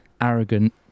arrogant